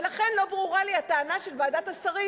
ולכן לא ברורה לי הטענה של ועדת השרים